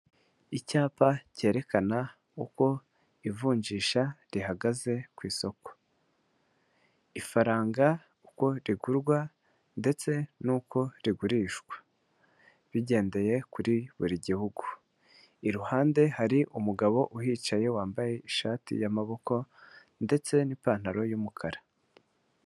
Icyapa cyerekana uko ivunjisha rihagaze ku isoko ifaranga uko rigurwa ndetse n'uko rigurishwa bigendeye kuri buri gihugu iruhande hari umugabo uhicaye wambaye ishati y'amaboko ndetse n'ipantaro y'umukara.